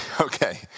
Okay